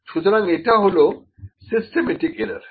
সুতরাং এটা হলো সিস্টেমেটিক এরার